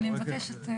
אני מבקשת.